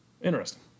Interesting